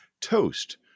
Toast